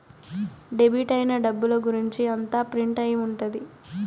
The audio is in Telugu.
డెబిట్ అయిన డబ్బుల గురుంచి అంతా ప్రింట్ అయి ఉంటది